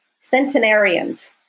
centenarians